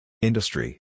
Industry